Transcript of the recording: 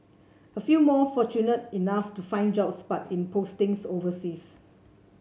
a few more fortunate enough to find jobs but in postings overseas